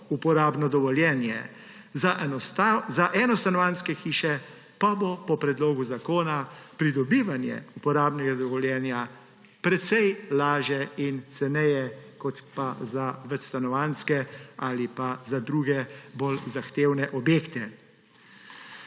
uporabno dovoljenje, za enostanovanjske hiše pa bo po predlogu zakona pridobivanje uporabnega dovoljenja precej lažje in cenejše kot za večstanovanjske ali druge bolj zahtevne objekte.